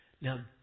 Now